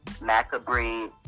macabre